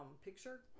picture